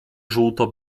żółto